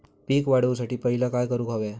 पीक वाढवुसाठी पहिला काय करूक हव्या?